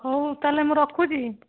ହଉ ତା'ହେଲେ ମୁଁ ରଖୁଛି